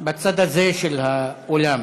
בצד הזה של האולם.